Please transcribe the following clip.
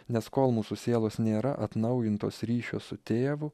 nes kol mūsų sielos nėra atnaujintos ryšio su tėvu